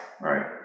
Right